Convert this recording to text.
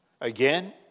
Again